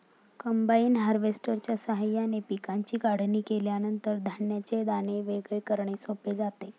combine हार्वेस्टरच्या साहाय्याने पिकांची काढणी केल्यानंतर धान्याचे दाणे वेगळे करणे सोपे जाते